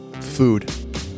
food